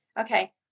Okay